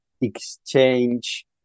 exchange